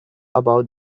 about